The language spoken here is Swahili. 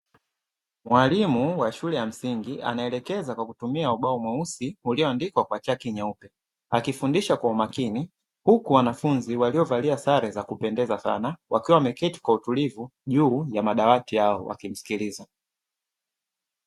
Mwalimu wa shule ya msingi anaelekeza kwa kutumia ubao mweusi uliandikwa kwa chaki nyeupe, akifundisha kwa umakini, huku wanafunzi walio valia sare za kupendeza sana wakiwa wameketi kwa utulivu juu ya madawati yao wakimsikiliza.